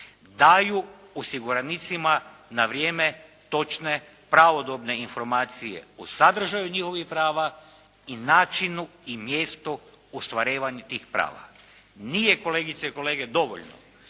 daju osiguranicima na vrijeme točne, pravodobne informacije o sadržaju njihovih prava i načinu i mjestu ostvarivanja tih prava. Nije kolegice i kolege dovoljno